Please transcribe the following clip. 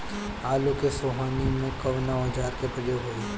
आलू के सोहनी में कवना औजार के प्रयोग होई?